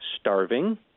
starving